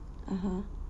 (uh huh)